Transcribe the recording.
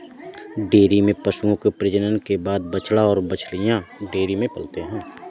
dairy में पशुओं के प्रजनन के बाद बछड़ा और बाछियाँ डेयरी में पलते हैं